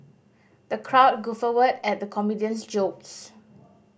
the crowd guffawed at the comedian's jokes